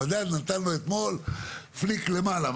המדד נתן לו אתמול פליק למעלה.